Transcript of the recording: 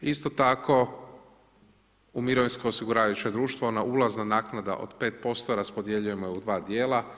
Isto tako u mirovinsko osiguravajuće društvo ona ulazna naknada od 5% raspodjeljujemo je u dva dijela.